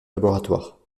laboratoire